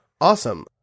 Awesome